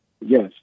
Yes